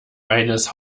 eines